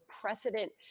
precedent